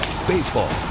Baseball